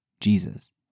Jesus